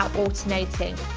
alternating.